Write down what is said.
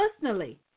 personally